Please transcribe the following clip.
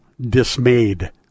dismayed